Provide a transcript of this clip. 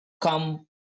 come